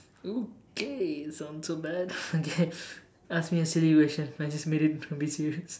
okay sounds so bad okay ask me a silly question I just made it a bit serious